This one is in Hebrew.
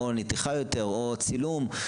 או נתיחה יותר או צילום,